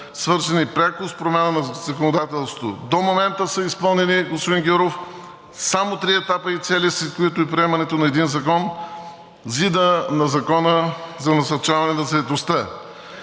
свързани пряко с промяна на законодателството. До момента са изпълнени, господин Гюров, само три етапа и цели, с които и приемането на един закон – ЗИД на Закона за насърчаване на заетостта.